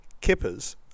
Kippers